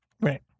Right